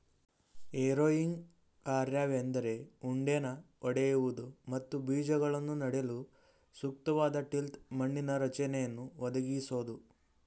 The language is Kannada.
ಹೆರೋಯಿಂಗ್ ಕಾರ್ಯವೆಂದರೆ ಉಂಡೆನ ಒಡೆಯುವುದು ಮತ್ತು ಬೀಜಗಳನ್ನು ನೆಡಲು ಸೂಕ್ತವಾದ ಟಿಲ್ತ್ ಮಣ್ಣಿನ ರಚನೆಯನ್ನು ಒದಗಿಸೋದು